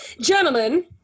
gentlemen